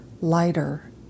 lighter